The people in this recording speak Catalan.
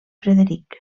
frederic